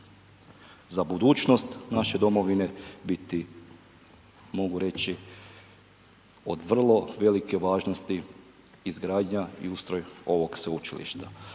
za budućnost naše domovine biti, mogu reći, od vrlo velike važnosti izgradnja i ustroj ovog sveučilište.